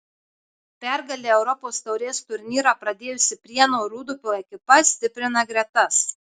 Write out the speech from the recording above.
pergale europos taurės turnyrą pradėjusi prienų rūdupio ekipa stiprina gretas